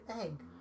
egg